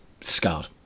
scarred